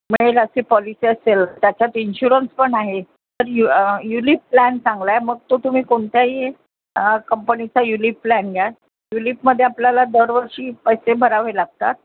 मिळेल अशी पॉलिसी असेल त्याच्यात इन्शुरन्स पण आहे तर यु युलीप प्लॅन चांगला आहे मग तो तुम्ही कोणत्याही कम्पनीचा युलीप प्लॅन घ्या युलीपमध्ये आपल्याला दरवर्षी पैसे भरावे लागतात